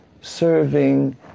serving